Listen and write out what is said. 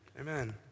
Amen